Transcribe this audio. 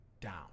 down